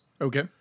Okay